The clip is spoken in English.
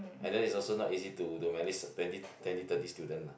and then it's also not easy to to manage twenty twenty thirty students lah